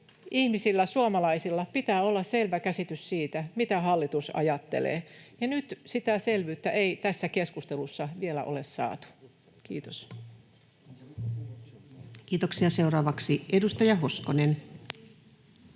ihmisillä, suomalaisilla, pitää olla selvä käsitys siitä, mitä hallitus ajattelee, ja nyt sitä selvyyttä ei tässä keskustelussa vielä ole saatu. — Kiitos. Kiitoksia. — Seuraavaksi edustaja Hoskonen.